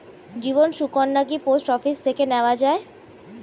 জীবন সুকন্যা কি post office থেকে নেওয়া যায়?